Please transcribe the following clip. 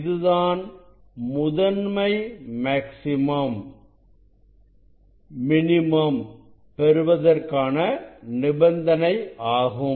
இதுதான் முதன்மை maximum minimum பெறுவதற்கான நிபந்தனையாகும்